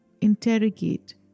interrogate